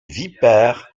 vipère